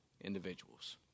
individuals